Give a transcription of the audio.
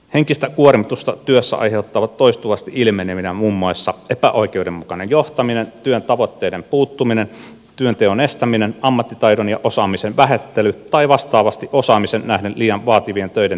henkistä kuormitusta työssä aiheuttavat toistuvasti ilmenevinä muun muassa epäoikeudenmukainen johtaminen työn tavoitteiden puuttuminen työnteon estäminen ammattitaidon ja osaamisen vähättely tai vastaavasti osaamiseen nähden liian vaativien töiden teettäminen